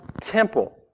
temple